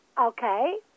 Okay